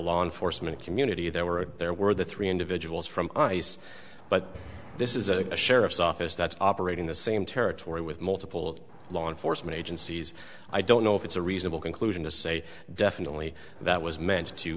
law enforcement community there were there were the three individuals from ice but this is a sheriff's office that's operating the same territory with multiple law enforcement agencies i don't know if it's a reasonable conclusion to say definitely that was meant to